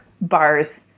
bars